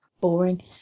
boring